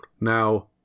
now